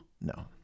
No